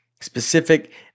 specific